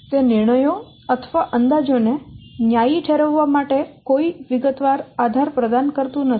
તે નિર્ણયો અથવા અંદાજો ને ન્યાયી ઠેરવવા માટે કોઈ વિગતવાર આધાર પ્રદાન કરતું નથી